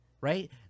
right